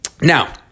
Now